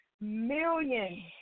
million